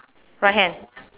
right hand